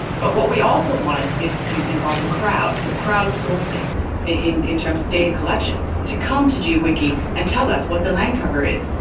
but what we also wanted was to involve the crowd, so crowdsourcing in in terms of data collection, to come to geo-wiki and tell us what the land cover is,